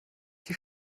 die